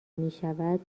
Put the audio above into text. میشود